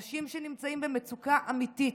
אנשים נמצאים במצוקה אמיתית.